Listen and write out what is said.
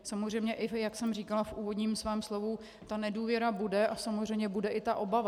Samozřejmě jak jsem říkala ve svém úvodním slovu, ta nedůvěra bude a samozřejmě bude i obava.